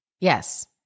Yes